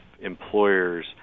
employers